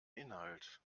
inhalt